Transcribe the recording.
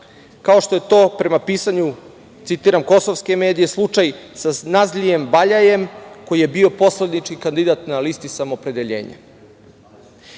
kao što je to prema pisanju, citiram kosovske medije, slučaj sa Nazljijem Baljajem, koji je bio poslanički kandidat na listi Samoopredeljenje. Odavno